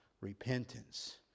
repentance